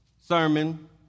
sermon